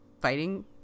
fighting